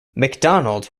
macdonald